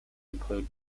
include